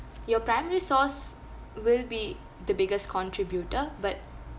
your primary source will be the biggest contributor but